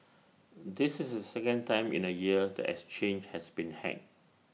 this is second time in A year the exchange has been hacked